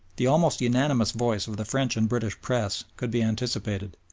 the almost unanimous voice of the french and british press could be anticipated.